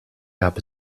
gab